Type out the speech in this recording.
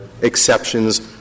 exceptions